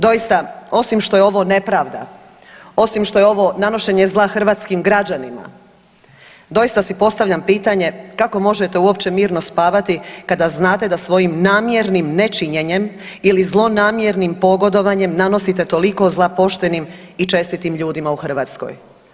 Doista osim što je ovo nepravda, osim što je ovo nanošenje zla hrvatskim građanima doista si postavljam pitanje kako možete uopće mirno spavati kada znate da svojim namjernim nečinjenjem ili zlonamjernim pogodovanjem nanosite toliko zla poštenim i čestitim ljudima u Hrvatskoj?